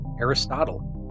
Aristotle